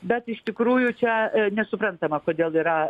bet iš tikrųjų čia nesuprantama kodėl yra